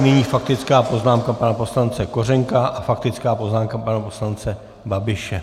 Nyní faktická poznámka pana poslance Kořenka a faktická poznámka pana poslance Babiše.